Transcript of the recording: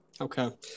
Okay